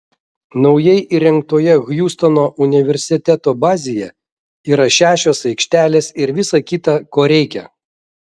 naujai įrengtoje hjustono universiteto bazėje yra šešios aikštelės ir visa kita ko reikia